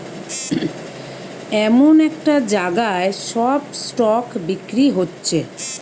এমন একটা জাগায় সব স্টক বিক্রি হচ্ছে